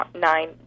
nine